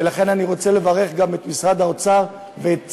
לכן אני רוצה לברך גם את משרד האוצר ואת